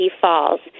falls